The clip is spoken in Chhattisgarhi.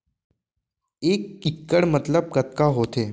एक इक्कड़ मतलब कतका होथे?